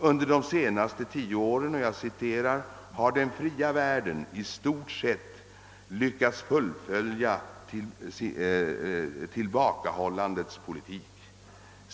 »Under de senaste tio åren har den fria världen i stort sett lyckats fullfölja tillbakahållandets politik.